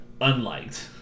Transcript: unliked